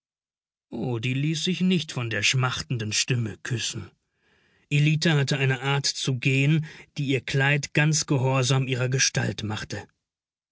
oh die ließ sich nicht von der schmachtenden stimme küssen ellita hatte eine art zu gehen die ihr kleid ganz gehorsam ihrer gestalt machte